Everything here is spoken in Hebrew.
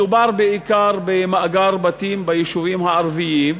מדובר בעיקר במאגר בתים ביישובים הערביים.